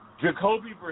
Jacoby